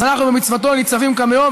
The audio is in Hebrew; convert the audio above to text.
אז אנחנו במצוותו ניצבים כאן היום.